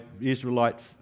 Israelite